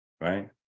Right